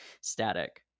static